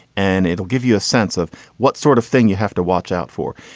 and it'll give you a sense of what sort of thing you have to watch out for.